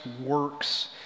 works